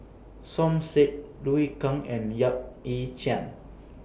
Som Said Liu Kang and Yap Ee Chian